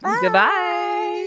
goodbye